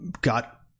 got